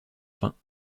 fin